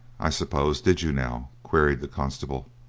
i suppose, did you, now? queried the constable,